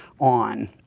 on